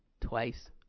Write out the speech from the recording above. Twice